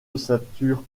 ossature